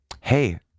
hey